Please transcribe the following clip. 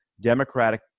Democratic